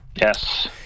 yes